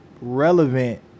relevant